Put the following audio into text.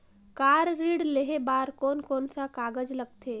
Car ऋण लेहे बार कोन कोन सा कागज़ लगथे?